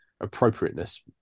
appropriateness